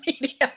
media